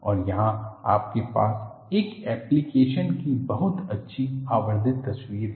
और यहां आपके पास एक एप्लिकेशन की बहुत अच्छी आवर्धित तस्वीर है